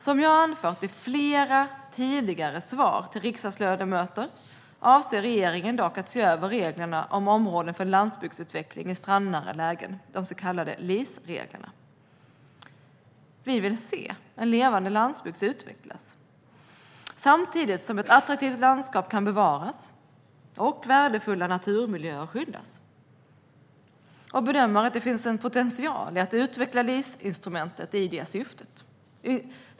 Som jag har anfört i flera tidigare svar till riksdagsledamöter avser regeringen dock att se över reglerna om områden för landsbygdsutveckling i strandnära lägen - de så kallade LIS-reglerna. Vi vill se en levande landsbygd som kan utvecklas, samtidigt som ett attraktivt landskap kan bevaras och värdefulla naturmiljöer skyddas, och bedömer att det finns en potential att utveckla LIS-instrumentet i det syftet.